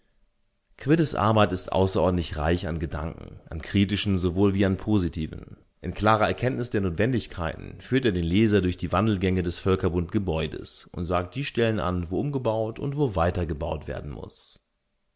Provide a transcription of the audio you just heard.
quiddes arbeit ist außerordentlich reich an gedanken an kritischen sowohl wie an positiven in klarer erkenntnis der notwendigkeiten führt er den leser durch die wandelgänge des völkerbundgebäudes und sagt die stellen an wo umgebaut und wo weitergebaut werden muß